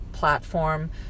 platform